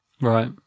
Right